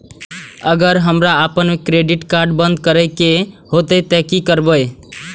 अगर हमरा आपन क्रेडिट कार्ड बंद करै के हेतै त की करबै?